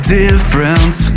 difference